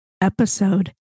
Episode